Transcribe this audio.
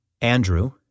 andrew